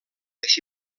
així